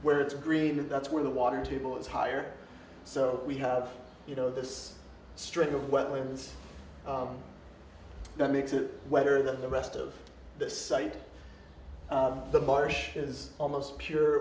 where it's green and that's where the water table is higher so we have you know this string of wetlands that makes it wetter than the rest of the site the marsh is almost pure